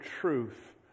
truth